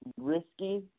risky